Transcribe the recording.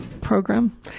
program